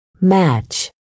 match